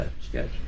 sketch